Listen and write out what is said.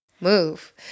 move